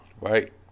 Right